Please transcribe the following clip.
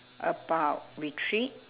about retreat